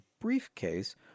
briefcase